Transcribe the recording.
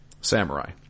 Samurai